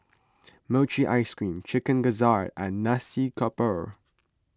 Mochi Ice Cream Chicken Gizzard and Nasi Campur